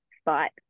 spot